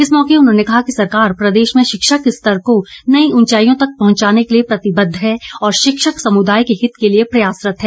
इस मौके उन्होंने कहा कि सरकार प्रदेश में शिक्षा के स्तर को नई ऊंचाइयों तक पहुंचाने के लिये प्रतिबद्ध है और शिक्षक समुदाय के हित के लिये प्रयासरत है